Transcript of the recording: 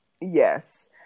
Yes